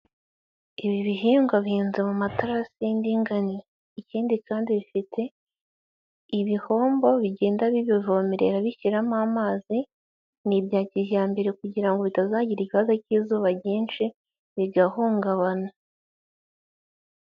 Ibi bihingwa bihinze mu matarasi y'indinganire ikindi kandi bifite ibihombo bigenda bibivomerera bishyiramo amazi, ni ibya kijyambere kugira ngo bitazagira ikibazo k'izuba ryinshi bigahungabana.